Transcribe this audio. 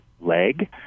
leg